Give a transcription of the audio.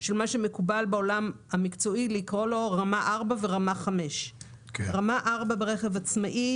של מה שמקובל המקצועי לקרוא לו רמה 4 ורמה 5. רמה 4 ברכב עצמאי,